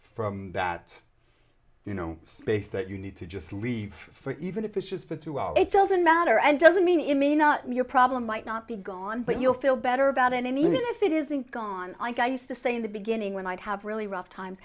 from that you know space that you need to just leave for even if it's just for two hours it doesn't matter and doesn't mean it may not your problem might not be gone but you'll feel better about it i mean if it isn't gone like i used to say in the beginning when i'd have really rough time